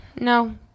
No